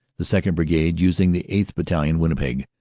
the second. brigad, using the eighth. battalion, vinnipeg,